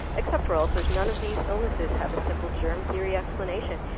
except for ulcers, none of these illnesses have a simple germ theory explanation,